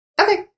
Okay